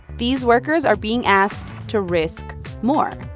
these workers are being asked to risk more.